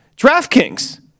DraftKings